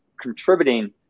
contributing